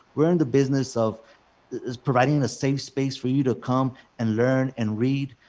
we are in the business of providing a safe space for you to come and learn and read.